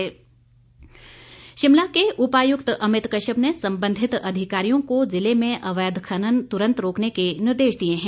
अवैध खनन शिमला के उपायुक्त अमित कश्यप ने संबंधित अधिकारियों को ज़िले में अवैध खनन पर तुरंत रोकने के निर्देश दिए हैं